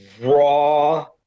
raw